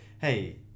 hey